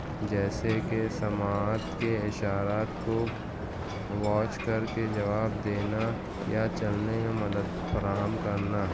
جیسے کہ سماعت کے اشارات کو واچ کر کے جواب دینا یا چلنے میں مدد فراہم کرنا